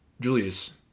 Julius